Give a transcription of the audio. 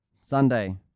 Sunday